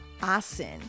asin